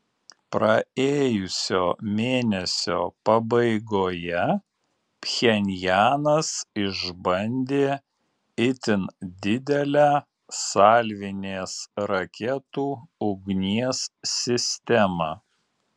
praėjusio mėnesio pabaigoje pchenjanas išbandė itin didelę salvinės raketų ugnies sistemą